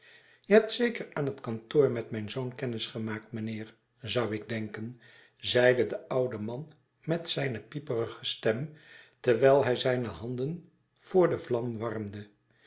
je hebt zeker aan hetkantoor met mijn zoon kennis gemaakt mijnheer zou ik denken zeide de oude man met zijne pieperige stem terwijl hij zijne handen voor de vlam warmde